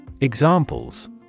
Examples